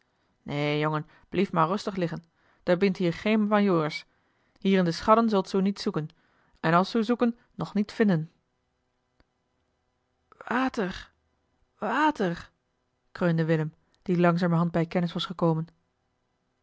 nee jongen blief maor rustig liggen der bint hier geen majoors hier in de schadden zult ze oe niet zuuken en as ze oe zuuken nog niet vinden water water kreunde willem die langzamerhand bij kennis was gekomen